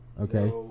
Okay